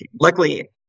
Luckily